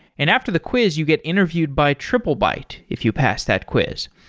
and after the quiz you get interviewed by triplebyte if you pass that quiz.